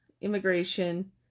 Immigration